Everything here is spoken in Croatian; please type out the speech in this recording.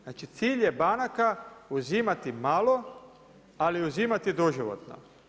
Znači, cilj je banaka uzimati malo, ali uzimati doživotno.